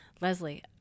Leslie